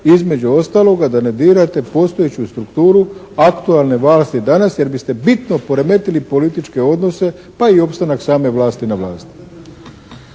između ostaloga da ne dirate postojeću strukturi aktualne vlasti danas jer biste bitno poremetili političke odnose, pa i opstanak same vlasti na vlasti.